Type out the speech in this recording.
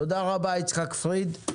תודה רבה, יצחק פריד.